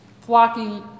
flocking